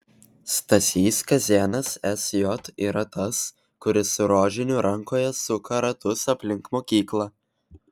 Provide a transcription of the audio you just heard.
stasys kazėnas sj yra tas kuris su rožiniu rankoje suka ratus aplink mokyklą